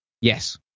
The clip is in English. Yes